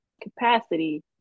capacity